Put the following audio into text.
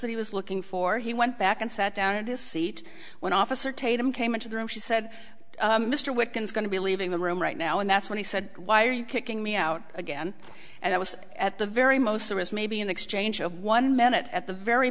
that he was looking for he went back and sat down in his seat when officer tatum came into the room she said mr wickens going to be leaving the room right now and that's when he said why are you kicking me out again and i was at the very most of us maybe in exchange of one minute at the very